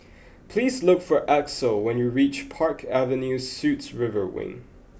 please look for Axel when you reach Park Avenue Suites River Wing